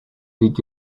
did